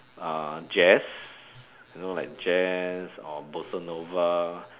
uh jazz you know like jazz or bossa nova